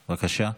בבקשה.